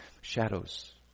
Shadows